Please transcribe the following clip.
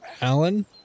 Alan